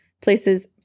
places